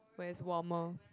when it's warmer